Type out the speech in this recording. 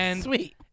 sweet